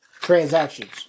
transactions